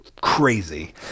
crazy